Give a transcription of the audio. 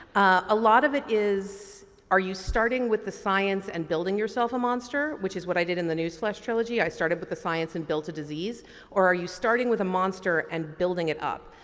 a lot of it is are you starting with the science and building yourself a monster which is what i did in the newsflesh trilogy, i started with the science and built a disease or are you starting with a monster and building it up.